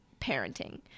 parenting